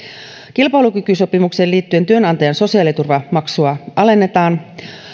kilpailukykysopimukseen liittyen työnantajan sosiaaliturvamaksua alennetaan